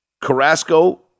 Carrasco